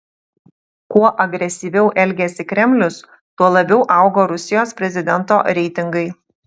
kuo agresyviau elgėsi kremlius tuo labiau augo rusijos prezidento reitingai